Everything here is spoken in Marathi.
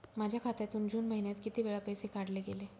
माझ्या खात्यातून जून महिन्यात किती वेळा पैसे काढले गेले?